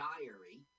Diary